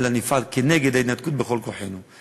אלא נפעל נגד ההתנתקות בכל כוחנו.